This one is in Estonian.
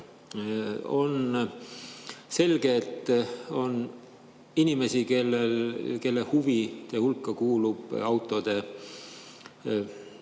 On selge, et on inimesi, kelle huvide hulka kuulub autode